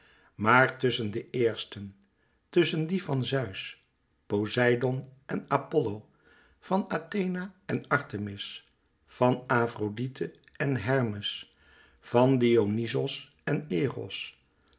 maar tusschen de eersten tusschen die van zeus poseidoon en apollo van athena en artemis van afrodite en hermes van dionyzos en eros